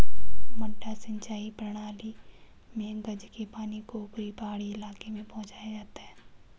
मडडा सिंचाई प्रणाली मे गज के पानी को ऊपर पहाड़ी इलाके में पहुंचाया जाता है